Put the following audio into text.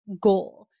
goal